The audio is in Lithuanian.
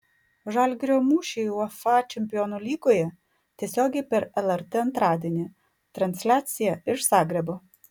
žalgirio mūšiai uefa čempionų lygoje tiesiogiai per lrt antradienį transliacija iš zagrebo